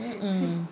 mm